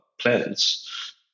plans